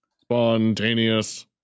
Spontaneous